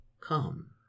come